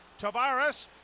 Tavares